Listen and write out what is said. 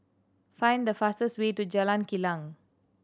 find the fastest way to Jalan Kilang